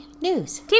news